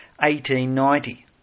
1890